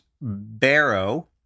Barrow